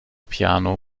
piano